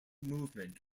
movement